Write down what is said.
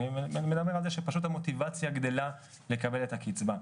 אני מדבר על זה שפשוט המוטיבציה גדלה לקבל את הקצבה.